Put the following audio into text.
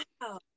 Wow